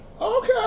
Okay